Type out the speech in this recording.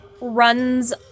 runs